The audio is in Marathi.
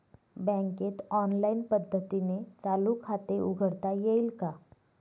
बँकेत ऑनलाईन पद्धतीने चालू खाते उघडता येईल का?